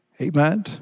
Amen